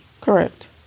Correct